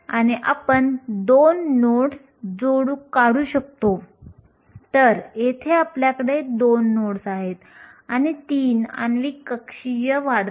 इलेक्ट्रॉनच्या संपूर्ण प्रमाणामध्ये वाहक प्रमाण मोजण्यासाठी आपण अवस्थांची घनता आणि फर्मी कार्याच्या संकल्पना वापरू